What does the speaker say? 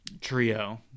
trio